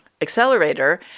Accelerator